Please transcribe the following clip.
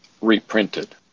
reprinted